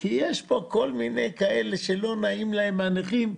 יש כאן כל מיני כאלה שלא נעים להם מהנכים,